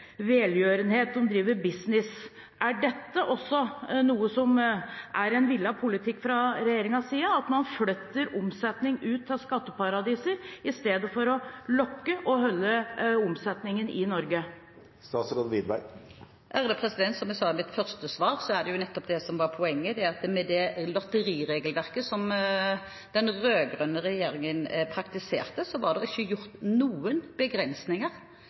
velgjørenhet, de driver business. Er også dette en villet politikk fra regjeringens side, at man flytter omsetning ut til skatteparadiser i stedet for å lukke og holde omsetningen i Norge? Som jeg sa i mitt første svar, er det nettopp det som er poenget. I det lotteriregelverket som den rød-grønne regjeringen praktiserte, var det ikke gjort noen begrensninger